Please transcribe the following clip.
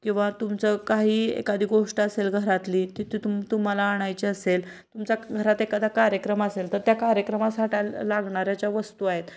किंवा तुमचं काही एखादी गोष्ट असेल घरातली तिथे तुम तुम्हाला आणायची असेल तुमचा घरात एखादा कार्यक्रम असेल तर त्या कार्यक्रमासाठी लागणाऱ्या ज्या वस्तू आहेत